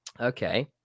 Okay